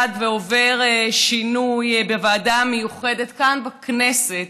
ועובר שינוי בוועדה המיוחדת כאן בכנסת,